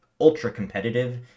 ultra-competitive